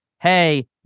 hey